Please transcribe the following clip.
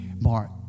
Mark